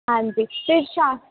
ਹਾਂਜੀ ਅਤੇ ਸ਼ਾਮ